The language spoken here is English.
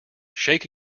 shake